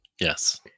yes